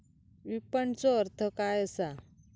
विपणनचो अर्थ काय असा?